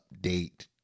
update